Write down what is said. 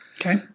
Okay